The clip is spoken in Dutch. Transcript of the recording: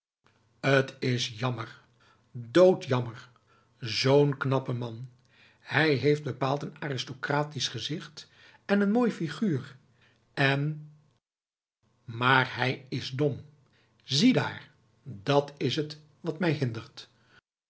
t is jammer doodjammer zoo'n knappe man hij heeft bepaald een aristocratisch gezicht en een mooi figuur en maar hij is dom ziedaar dat is het wat mij hindert